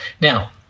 Now